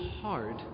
hard